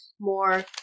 more